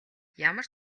ямар